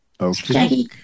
Okay